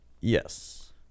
Yes